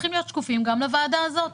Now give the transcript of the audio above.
צריכים להיות שקופים גם לוועדה הזאת.